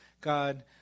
God